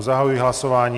Zahajuji hlasování.